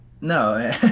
No